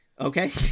Okay